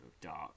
dark